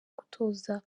gutoza